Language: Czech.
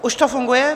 Už to funguje?